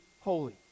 holy